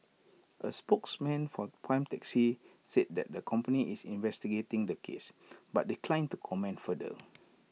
A spokesman for prime taxi said that the company is investigating the case but declined to comment further